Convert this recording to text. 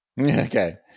Okay